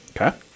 Okay